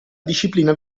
disciplina